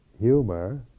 humor